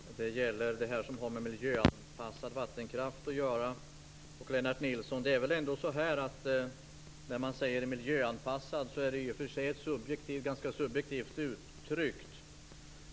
Herr talman! Det gäller det som har att göra med miljöanpassad vattenkraft. Det är väl ändå så, Lennart Nilsson, att när man säger "miljöanpassad" är det i och för sig ett ganska subjektivt uttryck.